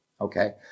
okay